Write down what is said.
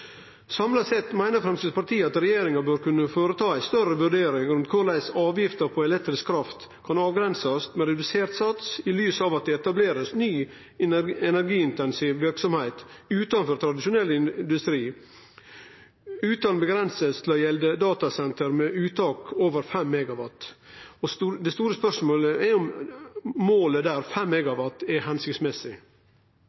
Samla sett meiner Framstegspartiet at regjeringa bør kunne foreta ei større vurdering av korleis avgifta på elektrisk kraft kan avgrensast med redusert sats, i lys av at det blir etablert ny, energiintensiv verksemd utanfor tradisjonell industri, utan avgrensing til å gjelde datasenter med uttak over 5 MW. Det store spørsmålet er jo om målet